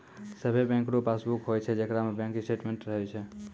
सभे बैंको रो पासबुक होय छै जेकरा में बैंक स्टेटमेंट्स रहै छै